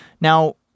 Now